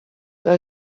que